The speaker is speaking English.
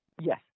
Yes